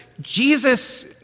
Jesus